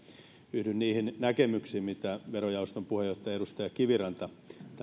yhdyn niihin näkemyksiin mitä verojaoston puheenjohtaja edustaja kiviranta